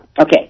Okay